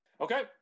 Okay